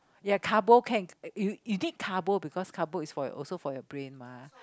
ya carbo can you take carbo because carbo is for your also for your brain mah